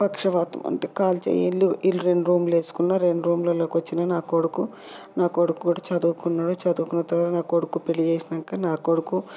పక్షవాతం అంటే కాల్ చేతులు ఈ రెండు రూములు వేసుకున్న రెండు రూములులోకి వచ్చిన నా కొడుకు నా కొడుకు కూడా చదువుకున్నాడు చదువుకున్న తర్వాత నా కొడుకు పెళ్ళి చేసినాక నా కొడుకు